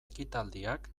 ekitaldiak